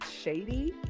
shady